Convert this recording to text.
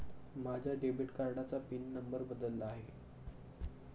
माझ्या डेबिट कार्डाचा pin number बदलला आहे